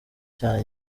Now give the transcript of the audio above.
cyane